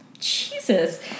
Jesus